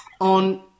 on